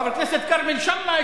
חבר הכנסת כרמל שאמה,